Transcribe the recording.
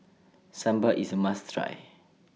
Sambar IS A must Try